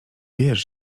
wiesz